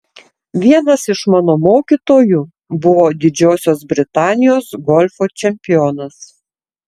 vienas iš mano mokytojų buvo didžiosios britanijos golfo čempionas